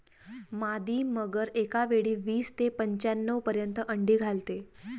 मादी मगर एकावेळी वीस ते पंच्याण्णव पर्यंत अंडी घालते